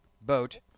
boat